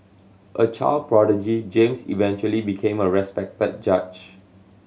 a child prodigy James eventually became a respected judge